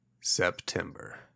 September